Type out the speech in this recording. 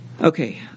Okay